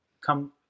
come